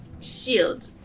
shield